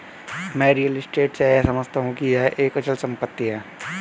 मैं real estate से यह समझता हूं कि यह एक अचल संपत्ति है